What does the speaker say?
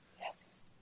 Yes